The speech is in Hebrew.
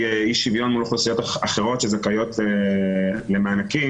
אי-שוויון לאוכלוסיות אחרות שזכאיות למענקים